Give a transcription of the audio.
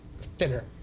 Thinner